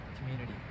community